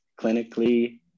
clinically